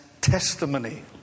testimony